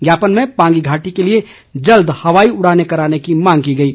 ज्ञापन में पांगी घाटी के लिए जल्द हवाई उड़ाने कराने की मांग की गई है